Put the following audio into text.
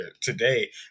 today